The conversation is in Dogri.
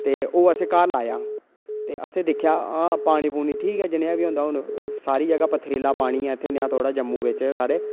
ते ओह् असें घर लाया ते असें दिक्खेआ पानी पूनी ठीक ऐ जनेहा बी होंदा हून हर जह् पथरीला पानी ऐ इत्थै थोह्ड़ा जम्मू बिच